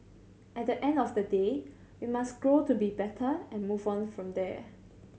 at the end of the day we must grow to be better and move on from there